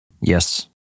Yes